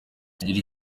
tugira